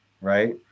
Right